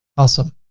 awesome.